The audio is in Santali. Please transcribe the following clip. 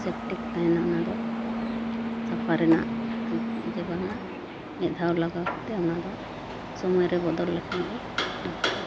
ᱛᱟᱦᱮᱱᱟ ᱚᱱᱟᱫᱚ ᱥᱟᱯᱷᱟ ᱨᱮᱱᱟᱜ ᱤᱭᱟᱹ ᱵᱟᱝᱟ ᱢᱤᱫ ᱫᱷᱟᱣ ᱞᱟᱜᱟᱣ ᱠᱟᱛᱮᱫ ᱚᱱᱟ ᱫᱚ ᱥᱚᱢᱚᱭ ᱨᱮ ᱵᱚᱫᱚᱞ ᱞᱮᱠᱷᱟᱱ ᱜᱮ ᱚᱱᱟ ᱠᱚᱫᱚ